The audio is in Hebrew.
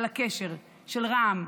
על הקשר של רע"מ,